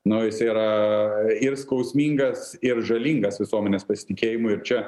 no jisai yra ir skausmingas ir žalingas visuomenės pasitikėjimui ir čia